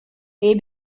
they